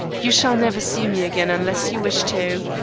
you shall never see me again unless you wish to